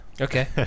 Okay